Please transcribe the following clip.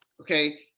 Okay